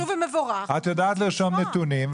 את יודעת לרשום נתונים,